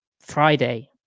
Friday